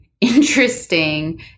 interesting